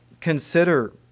consider